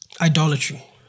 idolatry